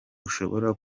ushobora